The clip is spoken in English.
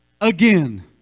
Again